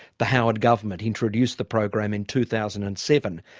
the howard government introduced the program in two thousand and seven,